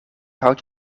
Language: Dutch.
hout